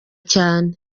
cyane